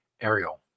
ariel